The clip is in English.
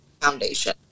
foundation